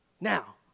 Now